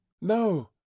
No